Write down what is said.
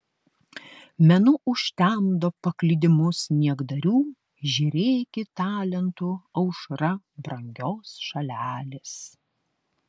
menu užtemdo paklydimus niekdarių žėrėki talentų aušra brangios šalelės